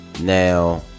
Now